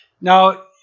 Now